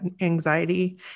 anxiety